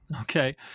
Okay